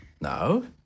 No